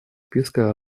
списка